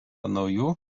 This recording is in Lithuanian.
naujų